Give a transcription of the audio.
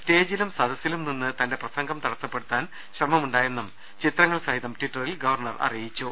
സ്റ്റേജിലും സദ സ്സിലുംനിന്ന് തന്റെ പ്രസംഗം തടസ്സപ്പെടുത്താൻ ശ്രമമുണ്ടായെന്നും ചിത്ര ങ്ങൾ സഹിതം ട്വിറ്ററിൽ ഗവർണർ അറിയിച്ചു